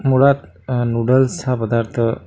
मुळात नूडल्स हा पदार्थ